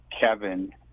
Kevin